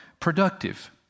productive